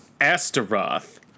Astaroth